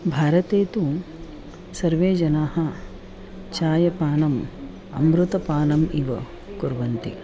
भारते तु सर्वे जनाः चायपानम् अमृतपानम् इव कुर्वन्ति